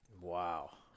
Wow